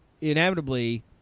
inevitably